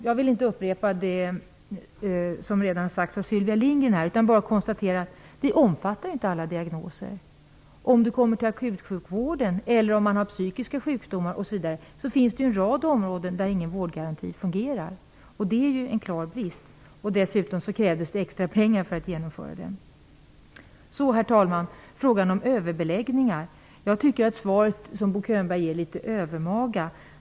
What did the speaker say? Jag skall inte upprepa det som redan har sagts av Sylvia Lindgren, utan jag konstaterar bara att inte alla diagnoser omfattas här. För den som kommer till akutsjukvården, för den som har psykiska sjukdomar osv. finns det en rad områden där ingen vårdgaranti fungerar. Det är en klar brist. Dessutom krävdes det extrapengar för att genomföra detta. Herr talman! När det gäller frågan om överbeläggningar tycker jag att Bo Könbergs svar är litet övermaga.